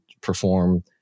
perform